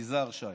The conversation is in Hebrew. יזהר שי.